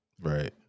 Right